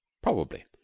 probably,